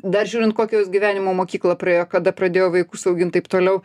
dar žiūrint kokią jos gyvenimo mokyklą praėjo kada pradėjo vaikus augint taip toliau